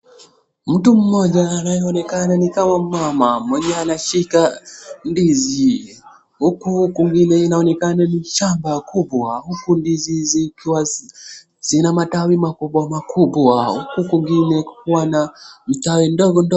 Mtu mmoja anayeonekana ni kama mmama mwenye anashika ndizi huku vile inaonekana ni shamba kubwa huku ndizi zikiwa zina matawi makubwa makubwa huku kwingine kukiwa na matawi ndogo ndogo.